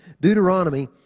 Deuteronomy